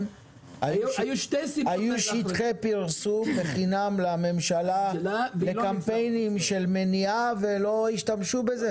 היו שטחי פרסום בחינם לממשלה לקמפיינים של מניעה ולא השתמשו בזה?